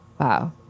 Wow